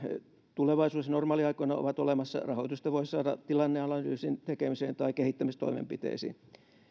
tulevaisuudessa normaaliaikoina ovat olemassa rahoitusta voisi saada tilanneanalyysin tekemiseen tai kehittämistoimenpiteisiin